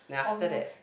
almost